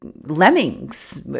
lemmings